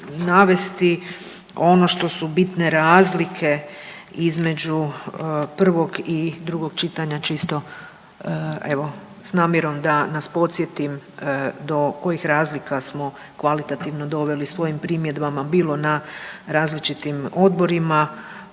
navesti ono što su bitne razlike između prvog i drugog čitanja, čisto evo s namjerom da nas podsjetim do kojih razlika smo kvalitativno doveli svojim primjedbama bilo na različitim odborima,